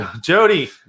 jody